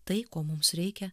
tai ko mums reikia